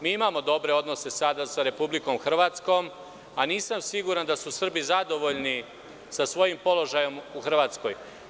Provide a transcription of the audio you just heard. Mi imamo dobre odnose sada sa Republikom Hrvatskom, a nisam siguran da su Srbi zadovoljni sa svojim položajem u Hrvatskoj.